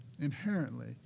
inherently